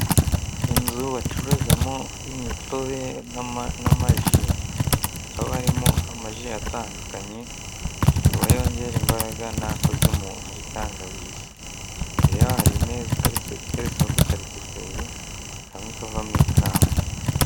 Inzu bacuruzamo imitobe n'ama ji haba harimo amaji atandukanye akaba yongera imbaraga n'akozwe mu muri tangawizi, imbere yaho hari imeza iteretseho udukarito tubiri kamwe kavamo ikawa.